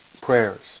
prayers